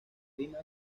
rima